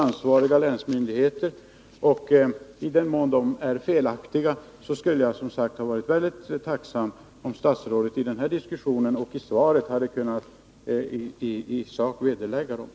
Är handelsministern för sin del beredd ta initiativ för att tillgodose lanthandelsriksdagens önskemål om varuförsörjningsplaner i alla landets kommuner? Om svaret är positivt — vilka åtgärder kan bli aktuella?